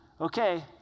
Okay